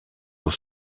aux